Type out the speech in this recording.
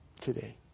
today